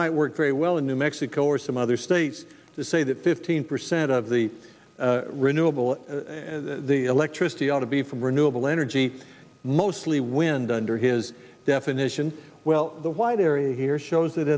might work very well in new mexico or some other states to say that fifteen percent of the renewable electricity ought to be from renewable energy mostly wind under his definition well the white area here shows that